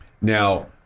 Now